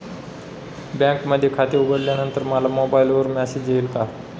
बँकेमध्ये खाते उघडल्यानंतर मला मोबाईलवर मेसेज येईल का?